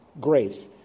grace